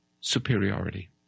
superiority